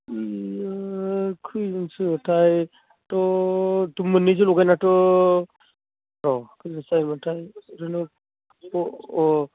बियो खयजनसो थायथ मोन्नैजों लगायनानैथ औ खयमाससो जाखोमोनथाइ प्रिनाव ह अह